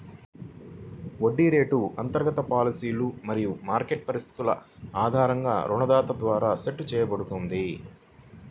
వడ్డీ రేటు అంతర్గత పాలసీలు మరియు మార్కెట్ పరిస్థితుల ఆధారంగా రుణదాత ద్వారా సెట్ చేయబడుతుంది